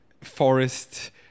forest